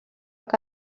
que